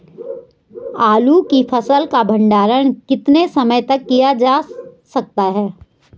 आलू की फसल का भंडारण कितने समय तक किया जा सकता है?